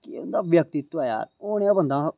केह् उं'दा व्यक्तित्व ऐ यार हून नेहा बंदा